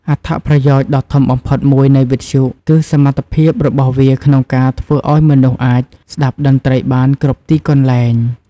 អត្ថប្រយោជន៍ដ៏ធំបំផុតមួយនៃវិទ្យុ គឺសមត្ថភាពរបស់វាក្នុងការធ្វើឲ្យមនុស្សអាច ស្តាប់តន្ត្រីបានគ្រប់ទីកន្លែង។